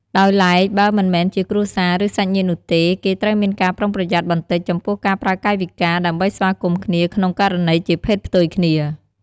ដោយឡែក បើមិនមែនជាគ្រួសារ ឬ សាច់ញាតិនោះទេ គេត្រូវមានការប្រុងប្រយ័ត្នបន្តិចចំពោះការប្រើកាយវិការ ដើម្បីស្វាគមន៌គ្នា ក្នុងករណីជាភេទផ្ទុយគ្នា។